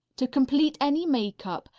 to complete any makeup,